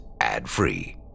ad-free